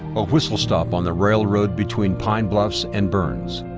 a whistle-stop on the railroad between pine bluffs and burns.